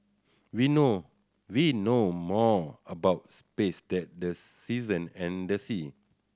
we know we know more about space than the season and the sea